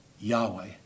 Yahweh